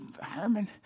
Herman